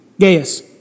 Gaius